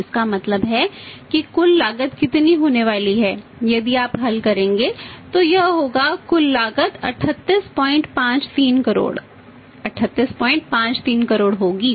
तो इसका मतलब है कि कुल लागत कितनी होने वाली है यदि आप हल करेंगे तो यह होगा कुल लागत 3853 करोड़ 3853 करोड़ होगी